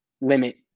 limit